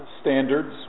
standards